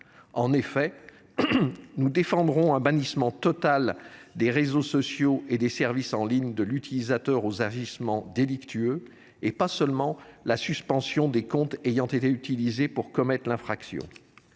En effet, nous défendrons un bannissement total des réseaux sociaux et des services en ligne de l’utilisateur aux agissements délictueux, et pas seulement la suspension des comptes utilisés pour commettre l’infraction.